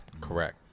Correct